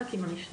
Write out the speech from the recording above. מח"ק עם המשטרה,